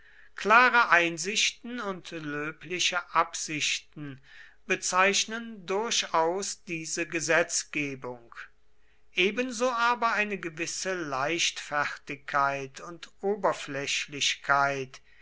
klare einsichten und löbliche absichten bezeichnen durchaus diese gesetzgebung ebenso aber eine gewisse leichtfertigkeit und oberflächlichkeit